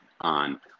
on